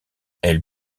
elle